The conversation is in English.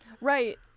Right